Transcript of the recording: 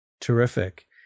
Terrific